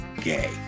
gay